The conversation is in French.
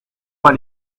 pas